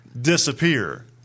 disappear